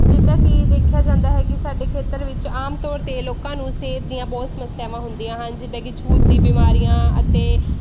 ਜਿੱਦਾਂ ਕਿ ਦੇਖਿਆ ਜਾਂਦਾ ਹੈ ਕਿ ਸਾਡੇ ਖੇਤਰ ਵਿੱਚ ਆਮ ਤੌਰ 'ਤੇ ਲੋਕਾਂ ਨੂੰ ਸਿਹਤ ਦੀਆਂ ਬਹੁਤ ਸਮੱਸਿਆਵਾਂ ਹੁੰਦੀਆਂ ਹਨ ਜਿੱਦਾਂ ਕਿ ਛੂਤ ਦੀ ਬਿਮਾਰੀਆਂ ਅਤੇ